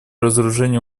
разоружению